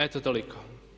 Eto toliko.